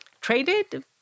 traded